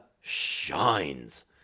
shines